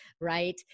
right